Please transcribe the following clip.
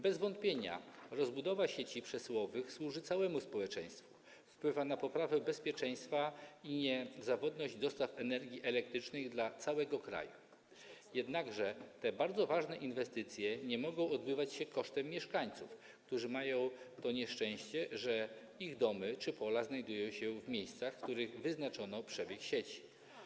Bez wątpienia rozbudowa sieci przesyłowych służy całemu społeczeństwu, wpływa na poprawę bezpieczeństwa i niezawodność dostaw energii elektrycznej dla całego kraju, jednakże te bardzo ważne inwestycje nie mogą odbywać się kosztem mieszkańców, którzy mają to nieszczęście, że ich domy czy pola znajdują się w miejscach, w których wyznaczono przebieg sieci.